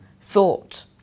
thought